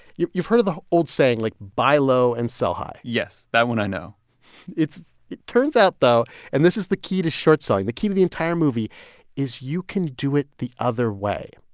you've you've heard of the old saying, like, buy low and sell high yes. that one i know it's it turns out, though and this is the key to short selling. the key to the entire movie is you can do it the other way.